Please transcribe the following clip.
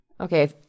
Okay